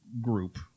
group